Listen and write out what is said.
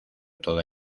toda